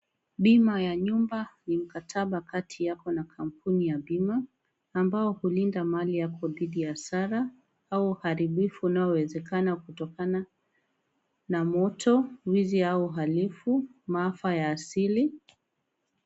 Bima ya nyumba ya mkataba kati yako na kampuni ya bima, ambao hulinda mali yako dhidi ya hasara au uharibufu unaoweza kutokana na moto, mwizi au uhalifu, maafa ya asili.